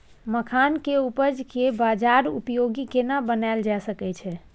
मखान के उपज के बाजारोपयोगी केना बनायल जा सकै छै?